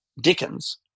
Dickens